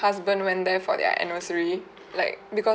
husband went there for their anniversary like because